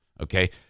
Okay